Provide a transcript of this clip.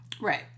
right